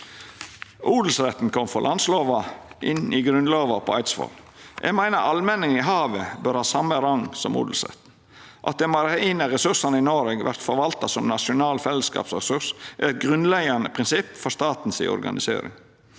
Odelsretten kom frå landslova inn i Grunnlova på Eidsvoll. Eg meiner allmenning i havet bør ha same rang som odelsretten. At dei marine ressursane i Noreg vert forvalta som nasjonal fellesskapsressurs, er eit grunnleggjande prinsipp for staten si organisering.